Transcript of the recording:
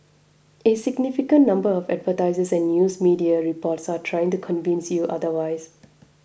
a significant number of advertisers and news media reports are trying to convince you otherwise